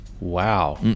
Wow